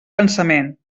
pensament